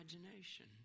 imagination